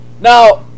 Now